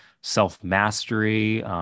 self-mastery